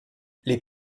les